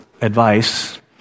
advice